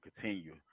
continue